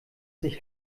sich